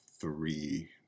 three